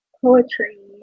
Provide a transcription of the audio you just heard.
poetry